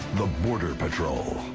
the border patrol.